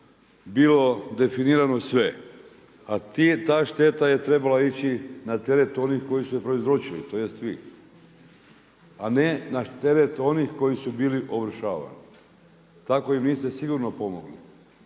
bilo definirano sve, a ta šteta je trebala ići na teret onih koji su je prouzročili, tj. vi. A ne na teret onih koji su bili ovršavani. Tako im niste sigurno pomogli,